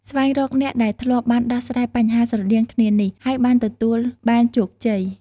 ស្វែងរកអ្នកដែលធ្លាប់បានដោះស្រាយបញ្ហាស្រដៀងគ្នានេះ ហើយបានទទួលបានជោគជ័យ។